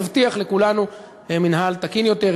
תבטיח לכולנו מינהל תקין יותר,